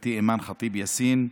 וחברתי אימאן ח'טיב יאסין,